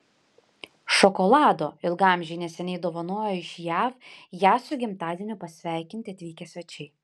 šokolado ilgaamžei neseniai dovanojo iš jav ją su gimtadieniu pasveikinti atvykę svečiai